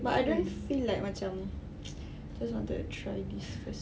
but I don't feel like macam I just wanted to try this first